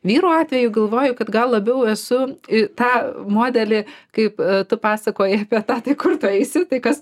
vyro atveju galvoju kad gal labiau esu į tą modelį kaip tu pasakojai apie tą tai kur tu eisi tai kas